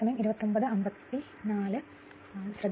2 degree ലഭിക്കും